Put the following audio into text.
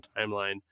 timeline